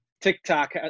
TikTok